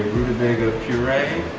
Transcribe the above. rutabaga puree,